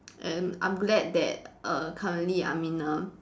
and I'm glad that err currently I'm in a